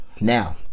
Now